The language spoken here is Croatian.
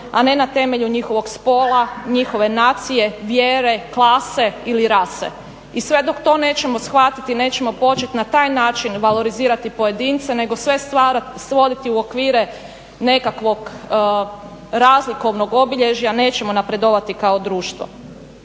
a ne na temelju njihovog spola, njihove nacije, vjere, klase ili rase. I sve dok to nećemo shvatiti nećemo početi na taj način valorizirati pojedince nego sve stvoriti u okvire nekakvog razlikovnog obilježja nećemo napredovati kao društvo.